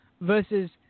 versus